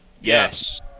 yes